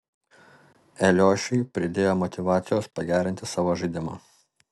eliošiui pridėjo motyvacijos pagerinti savo žaidimą